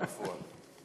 זו הדחה בפועל.